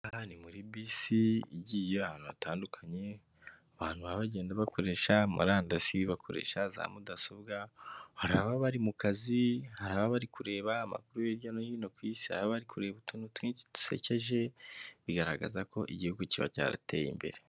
Hano muri bisi igiye ahantu hatandukanye abantu baba bagenda bakoresha murandasi bakoresha za mudasobwa, hari aba bari mu kazi, hari aba bari kureba amakuru hirya no hino ku isi aba ari kureba utuntu twinshi dusekeje, bigaragaza ko igihugu kiba cyarateye imbere.